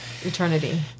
eternity